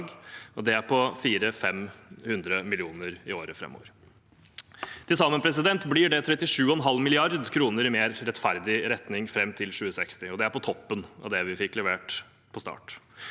det er på 400–500 mill. kr i årene framover. Til sammen blir det 37,5 mrd. kr i mer rettferdig retning fram til 2060, og det er på toppen av det vi fikk levert på start.